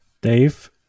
Dave